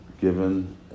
given